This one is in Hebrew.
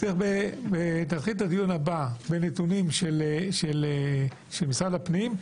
נתחיל עם נתונים של משרד הפנים,